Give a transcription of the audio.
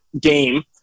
game